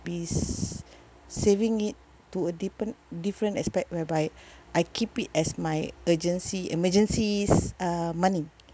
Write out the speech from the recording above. be sa~ saving it to a deepen different aspect whereby I keep it as my urgency emergencies uh money